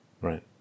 Right